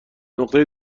نقطه